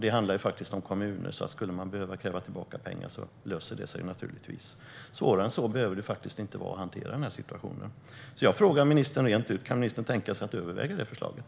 Det handlar ju om kommuner, så om man skulle behöva kräva tillbaka pengar skulle det naturligtvis lösa sig. Svårare än så behöver det faktiskt inte vara att hantera denna situation. Jag frågar därför ministern rent ut om han kan tänka sig att överväga det förslaget.